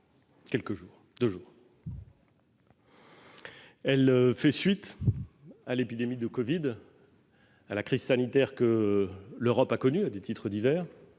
République voilà deux jours. Elle fait suite à l'épidémie de Covid-19, à la crise sanitaire que l'Europe a connue à des titres divers,